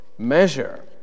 measure